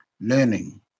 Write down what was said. learning